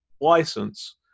license